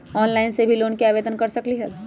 Online से भी loan के आवेदन कर सकलीहल?